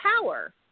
power